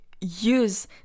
use